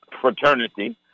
fraternity